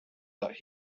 that